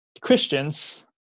Christians